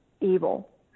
evil